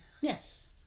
Yes